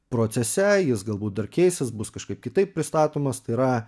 procese jis galbūt dar keisis bus kažkaip kitaip pristatomas tai yra